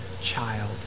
child